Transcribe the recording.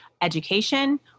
education